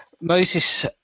Moses